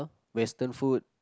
western food